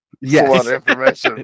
Yes